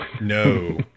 No